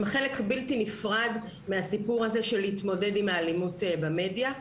הם חלק בלתי נפרד מהסיפור הזה של להתמודד עם האלימות במדיה,